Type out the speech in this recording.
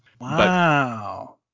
Wow